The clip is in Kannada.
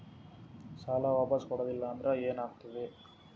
ಸಾಲ ವಾಪಸ್ ಕೊಡಲಿಲ್ಲ ಅಂದ್ರ ಏನ ಆಗ್ತದೆ?